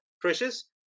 Precious